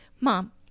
mom